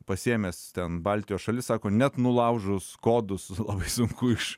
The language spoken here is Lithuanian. pasiėmęs ten baltijos šalis sako net nulaužus kodus labai sunku iš